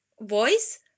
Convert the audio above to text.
voice